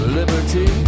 liberty